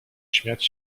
śmiać